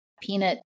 peanut